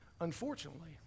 Unfortunately